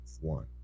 one